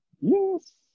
Yes